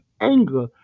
anger